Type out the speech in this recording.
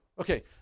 Okay